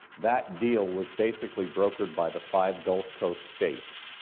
that deal was basically brokered by the five gulf coast states,